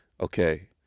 okay